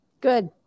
Good